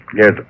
Yes